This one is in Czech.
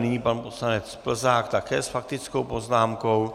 Nyní pan poslanec Plzák také s faktickou poznámkou.